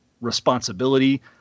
responsibility